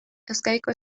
euskadiko